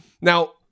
Now